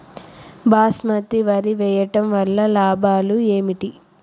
బాస్మతి వరి వేయటం వల్ల లాభాలు ఏమిటి?